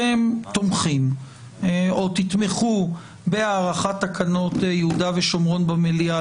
אתם תומכים או תתמכו בהארכת תקנות יהודה ושומרון במליאה,